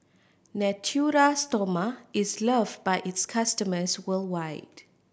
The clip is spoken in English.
Natura Stoma is loved by its customers worldwide